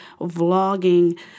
vlogging